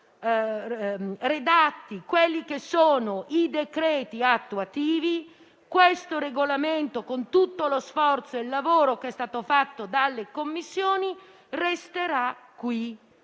non verranno emanati i decreti attuativi, questo regolamento, con tutto lo sforzo e il lavoro che è stato fatto dalle Commissioni, resterà qui.